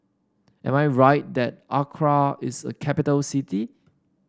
am I right that Accra is a capital city